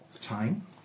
time